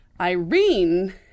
Irene